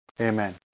Amen